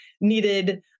needed